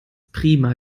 prima